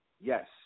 yes